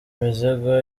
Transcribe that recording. imizigo